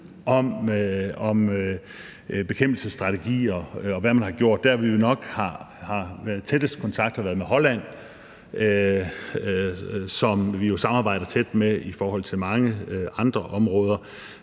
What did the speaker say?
om bekæmpelsesstrategier, og hvad man har gjort. Den tætteste kontakt har vi nok haft med Holland, som vi jo samarbejder tæt med i forhold til mange andre områder,